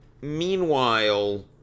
Meanwhile